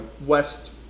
West